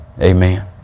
amen